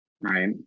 Right